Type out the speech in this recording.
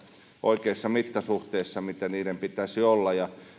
oikeissa mittasuhteissa mitä niiden pitäisi olla ja